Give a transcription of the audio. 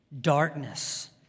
darkness